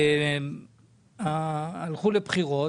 הלכו לבחירות,